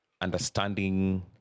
understanding